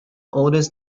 oldest